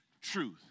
truth